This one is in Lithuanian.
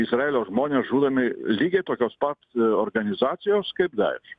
izraelio žmonės žudomi lygiai tokios pat organizacijos kaip daješ